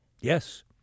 Yes